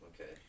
Okay